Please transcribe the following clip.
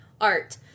art